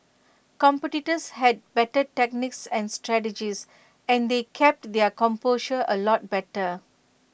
competitors had better techniques and strategies and they kept their composure A lot better